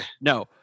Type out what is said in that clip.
no